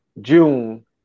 June